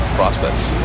prospects